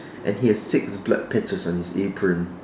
and he has six blood patches on his apron